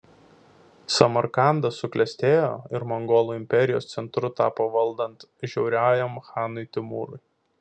samarkandas suklestėjo ir mongolų imperijos centru tapo valdant žiauriajam chanui timūrui